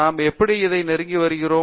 நாம் எப்படி அதை நெருங்கி வருகிறோம்